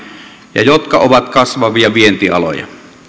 ja jotka ovat kasvavia vientialoja